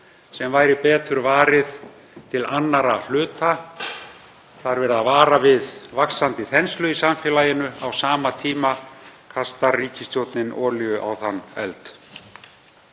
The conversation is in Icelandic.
sem væri betur varið til annarra hluta. Það er verið að vara við vaxandi þenslu í samfélaginu. Á sama tíma kastar ríkisstjórnin olíu á þann eld.